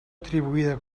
atribuïda